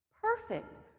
Perfect